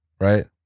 Right